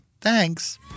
Thanks